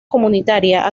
comunitaria